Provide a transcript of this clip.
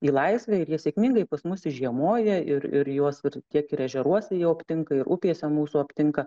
į laisvę ir jie sėkmingai pas mus išžiemoja ir ir juos ir tiek ir ežeruose jau aptinka ir upėse mūsų aptinka